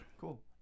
Cool